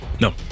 No